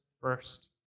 first